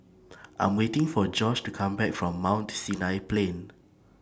I Am waiting For Josh to Come Back from Mount Sinai Plain